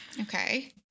Okay